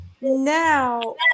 now